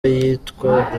yitwa